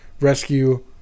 rescue